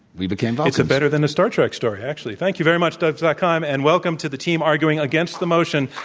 we became vulcans. but it's better than a star trek story, actually. thank you very much, dov zakheim. and welcome to the team arguing against the motion.